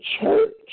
church